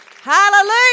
Hallelujah